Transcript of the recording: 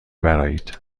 برآیید